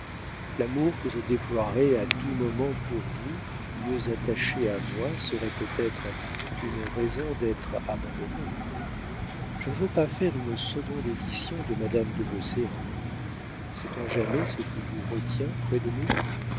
l'amour que je déploierais à tout moment pour vous mieux attacher à moi serait peut-être une raison d'être abandonnée je ne veux pas faire une seconde édition de madame de beauséant sait-on jamais ce qui vous retient près de nous